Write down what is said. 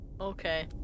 okay